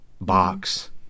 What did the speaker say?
box